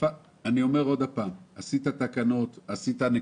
אני אומר שוב, התקנו תקנות.